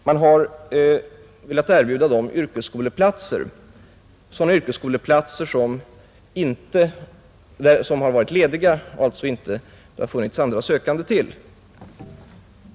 Man har velat erbjuda dem yrkesskoleplatser, som varit lediga och som det alltså inte funnits andra sökande till.